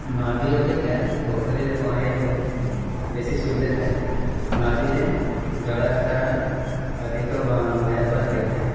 ନଦୀ ଅପେକ୍ଷା ପୋଖରୀରେ ପହଁରିବାକୁ ବେଶୀ ସୁବିଧା ଥାଏ ନଦୀରେ ଜଳାଶୟ ଅଧିକ ଭୟାଭୟ ହୋଇଥାଏ